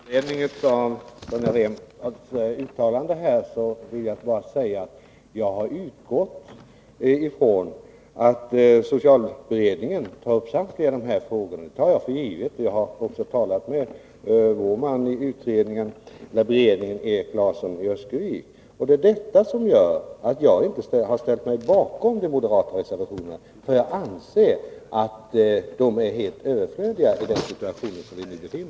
Fru talman! Med anledning av Sonja Rembos uttalande vill jag bara säga: Jag har utgått ifrån att socialberedningen tar upp samtliga dessa frågor — det tar jag för givet. Jag har också talat med vår man i beredningen, Erik Larsson från Öskevik. Det är detta som gör att jag inte har ställt mig bakom de moderata reservationerna. Jag anser att de är helt överflödiga i nuvarande situation.